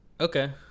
okay